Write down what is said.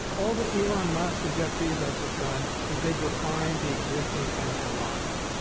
all that elon musk and jeff bezos have done is they've refined the existing chemical rocket.